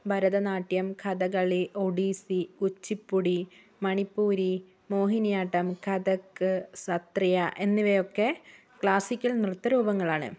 ഭരതനാട്യം കഥകളി ഒഡീസി കുച്ചിപ്പുടി മണിപ്പൂരി മോഹിനിയാട്ടം കഥക്ക് സത്രിയ എന്നിവയൊക്കെ ക്ലാസ്സിക്കൽ നൃത്തരൂപങ്ങൾ ആണ്